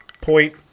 point